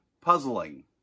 puzzling